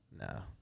No